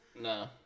No